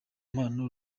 mpano